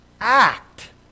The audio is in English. act